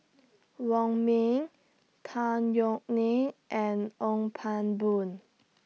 Wong Ming Tan Yeok Nee and Ong Pang Boon